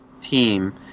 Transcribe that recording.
team